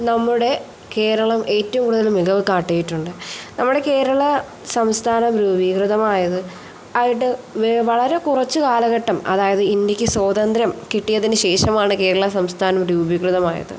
നമ്മുടെ കേരളം ഏറ്റവും കൂടുതൽ മികവ് കാട്ടിയിട്ടുണ്ട് നമ്മുടെ കേരള സംസ്ഥാനം രൂപീകൃതമായത് ആയിട്ട് വളരെ കുറച്ചു കാലഘട്ടം അതായത് ഇന്ത്യയ്ക്ക് സ്വാതന്ത്ര്യം കിട്ടിയതിനു ശേഷമാണ് കേരള സംസ്ഥാനം രൂപീകൃതമായത്